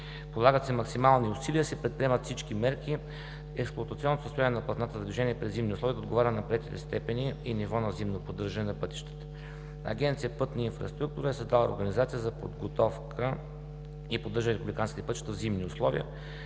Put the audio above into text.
Полагат се максимални усилия и се предприемат всички мерки експлоатационното състояние на платната за движение при зимни условия да отговаря на приетите степени и ниво на зимно поддържане на пътищата. Агенция „Пътна инфраструктура” е създала организация за подготовка и поддържане на републиканските пътища в зимни условия